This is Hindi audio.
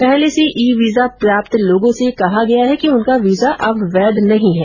पहले से ई वीजा प्राप्त व्यक्तियों से कहा गया है कि उनका वीजा अब वैध नहीं है